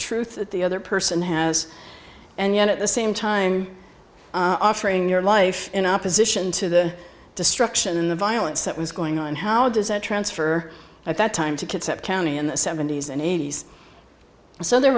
truth that the other person has and yet at the same time offering your life in opposition to the destruction in the violence that was going on how does that transfer at that time to conceptually in the seventy's and eighty's so there